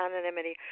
anonymity